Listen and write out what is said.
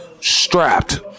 Strapped